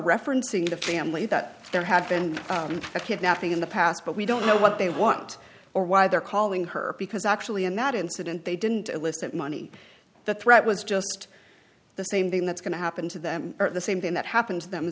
referencing the family that there had been a kidnapping in the past but we don't know what they want or why they're calling her because actually in that incident they didn't illicit money the threat was just the same thing that's going to happen to them at the same thing that happened to them